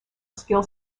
skill